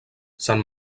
sant